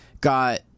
got